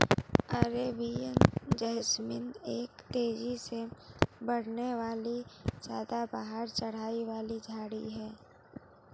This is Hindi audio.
अरेबियन जैस्मीन एक तेजी से बढ़ने वाली सदाबहार चढ़ाई वाली झाड़ी है